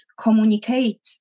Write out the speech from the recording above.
communicate